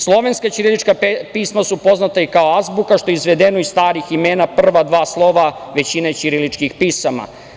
Slovenska ćirilična pisma su poznata i kao azbuka što je izvedeno iz starih imena prva dva slova većine ćiriličnih pisama.